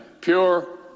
pure